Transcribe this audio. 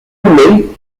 hawley